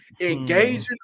engaging